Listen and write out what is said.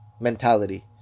mentality